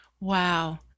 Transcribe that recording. Wow